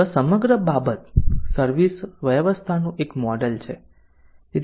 તો આ સમગ્ર બાબત સર્વિસ વ્યવસ્થાનું એક મોડેલ છે